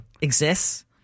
exists